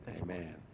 Amen